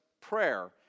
prayer